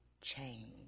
change